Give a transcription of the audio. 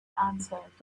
answered